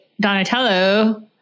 Donatello